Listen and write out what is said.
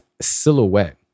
silhouette